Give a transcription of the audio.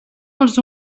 als